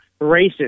racist